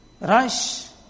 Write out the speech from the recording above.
rush